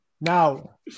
Now